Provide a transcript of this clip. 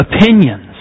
opinions